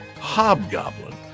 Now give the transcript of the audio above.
Hobgoblin